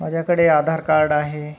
माझ्याकडे आधार कार्ड आहे